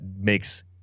makes